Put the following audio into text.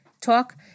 talk